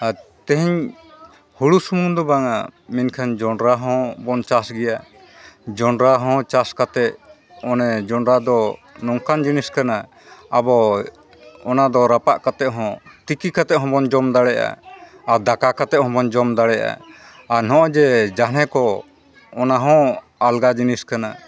ᱟᱨ ᱛᱮᱦᱮᱧ ᱦᱩᱲᱩ ᱥᱩᱢᱩᱱ ᱫᱚ ᱵᱟᱝᱼᱟ ᱢᱮᱱᱠᱷᱟᱱ ᱡᱚᱸᱰᱨᱟ ᱦᱚᱸᱵᱚᱱ ᱪᱟᱥ ᱜᱮᱭᱟ ᱡᱚᱸᱰᱨᱟ ᱦᱚᱸ ᱪᱟᱥ ᱠᱟᱛᱮᱫ ᱚᱱᱮ ᱡᱚᱸᱰᱨᱟ ᱫᱚ ᱱᱚᱝᱠᱟᱱ ᱡᱤᱱᱤᱥ ᱠᱟᱱᱟ ᱟᱵᱚ ᱚᱱᱟᱫᱚ ᱨᱟᱯᱟᱜ ᱠᱟᱛᱮᱫ ᱦᱚᱸ ᱛᱤᱠᱤ ᱠᱟᱛᱮᱫ ᱦᱚᱸᱵᱚᱱ ᱡᱚᱢ ᱫᱟᱲᱮᱭᱟᱜᱼᱟ ᱟᱨ ᱫᱟᱠᱟ ᱠᱟᱛᱮᱫ ᱦᱚᱸᱵᱚᱱ ᱡᱚᱢ ᱫᱟᱲᱮᱭᱟᱜᱼᱟ ᱟᱨ ᱱᱚᱜᱼᱚᱭ ᱡᱮ ᱡᱟᱱᱦᱮ ᱠᱚ ᱚᱱᱟ ᱦᱚᱸ ᱟᱞᱜᱟ ᱡᱤᱱᱤᱥ ᱠᱟᱱᱟ